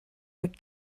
what